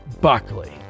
Buckley